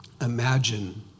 Imagine